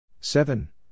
seven